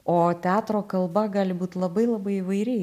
o teatro kalba gali būt labai labai įvairi